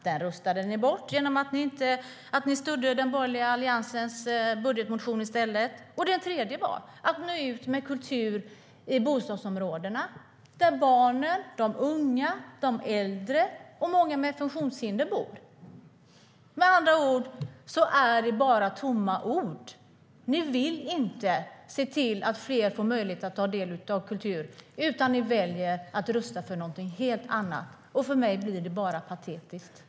Det röstade ni bort genom att i stället stödja den borgerliga alliansens budgetmotion. Det tredje var att nå ut med kultur i bostadsområdena där barnen, de unga, de äldre och många med funktionshinder bor.